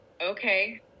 okay